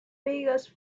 vegas